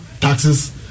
taxes